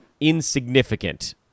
insignificant